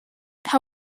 how